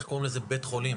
איך קוראים לזה בית חולים?